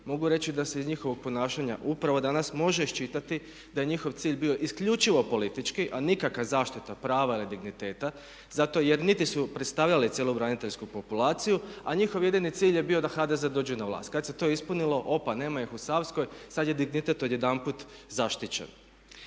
mogu reći da se iz njihovog ponašanja upravo danas može iščitati da je njihov cilj bio isključivo politički a nikakva zaštita prava ili digniteta. Zato jer niti su predstavljali cjelobraniteljsku populaciju a njihov jedini cilj je bio da HDZ dođe na vlast. Kada se to ispunilo, opa nema ih u Savskoj, sada je dignitet odjedanput zaštićen.